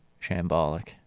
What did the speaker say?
shambolic